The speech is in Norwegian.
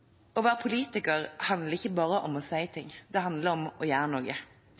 Å være politiker handler ikke bare om å si ting, det handler om å gjøre